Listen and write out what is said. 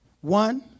One